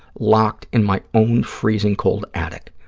locked in my own freezing-cold attic.